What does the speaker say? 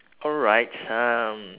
alright um